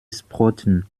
sprotten